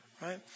Right